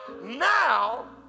Now